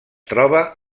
troba